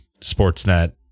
Sportsnet